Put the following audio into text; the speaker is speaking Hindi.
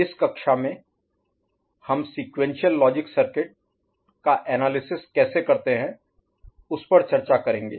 इस कक्षा में हम सीक्वेंशियल लॉजिक सर्किट का एनालिसिस कैसे करते हैं उसपर चर्चा करेंगे